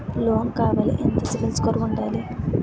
Loan కావాలి ఎంత CIBIL score ఉండాలి?